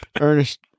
Ernest